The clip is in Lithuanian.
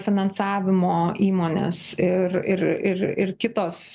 finansavimo įmonės ir ir ir ir kitos